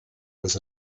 was